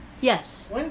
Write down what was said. Yes